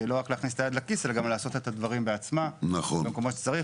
לא רק להכניס את היד לכיס אלא גם לעשות את הדברים בעצמה איפה שצריך.